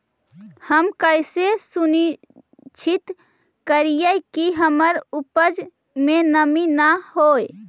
हम कैसे सुनिश्चित करिअई कि हमर उपज में नमी न होय?